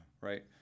Right